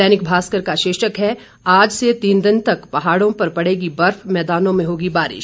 दैनिक भास्कर का शीर्षक है आज से तीन दिन तक पहाड़ों पर पड़ेगी बर्फ मैदानों में होगी बारिश